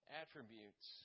attributes